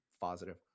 positive